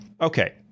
Okay